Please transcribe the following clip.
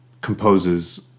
composes